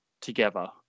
together